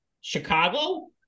Chicago